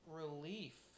relief